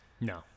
No